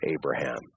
Abraham